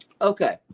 Okay